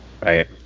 right